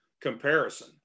comparison